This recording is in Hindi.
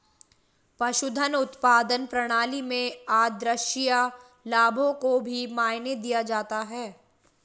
पशुधन उत्पादन प्रणाली में आद्रशिया लाभों को भी मायने दिया जाता है